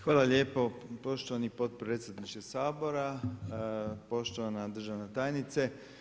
Hvala lijepo poštovani potpredsjedniče Sabora, poštovana državna tajnice.